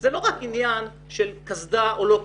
זה לא רק עניין של קסדה או לא קסדה.